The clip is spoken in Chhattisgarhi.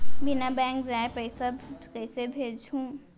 बिना बैंक जाए पइसा कइसे भेजहूँ?